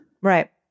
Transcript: Right